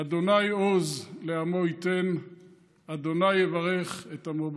"ה' עוז לעמו יִתן ה' יברך את עמו בשלום".